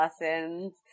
lessons